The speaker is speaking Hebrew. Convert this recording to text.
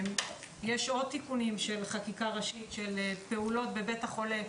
יש עוד תיקונים של חקיקה ראשית של פעולות בבית החולה.